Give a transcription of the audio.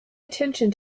attention